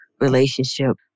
relationship